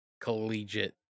collegiate